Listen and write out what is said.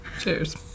Cheers